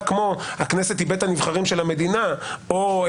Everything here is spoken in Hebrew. כמו: "הכנסת היא בית הנבחרים של המדינה" או: